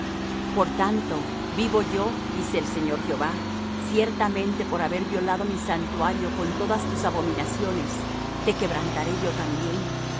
por tanto vivo yo dice el señor jehová ciertamente por haber violado mi santuario con todas tus abominaciones te quebrantaré yo también mi